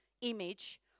image